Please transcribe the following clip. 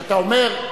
כשאתה אומר,